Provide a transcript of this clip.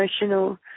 emotional